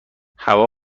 هوا